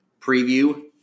preview